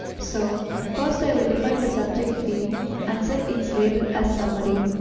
so first i will define the subject field and set its label as summary.